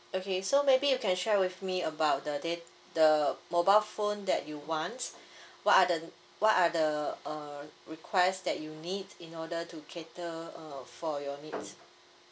okay so maybe you can share with me about the data the mobile phone that you wants what are the what are the uh request that you need in order to cater uh for your needs